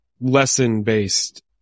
lesson-based